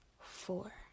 four